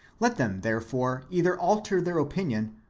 let them, therefore, either alter their opinion,